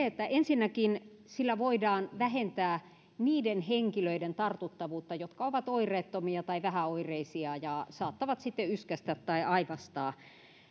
että ensinnäkin niillä voidaan vähentää niiden henkilöiden tartuttavuutta jotka ovat oireettomia tai vähäoireisia ja saattavat sitten yskäistä tai aivastaa ja että